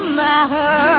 matter